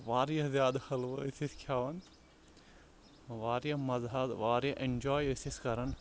واریاہ زیادٕ حلوٕ ٲسۍ أسۍ کھٮ۪وان واریاہ مَزٕ حظ واریاہ اٮ۪نجاے ٲسۍ أسۍ کَران